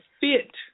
fit